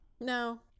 No